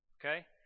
Okay